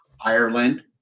Ireland